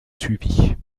suivit